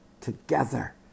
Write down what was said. together